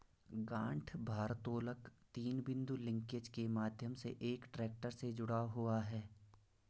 गांठ भारोत्तोलक तीन बिंदु लिंकेज के माध्यम से एक ट्रैक्टर से जुड़ा हुआ है